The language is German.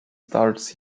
starts